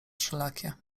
wszelakie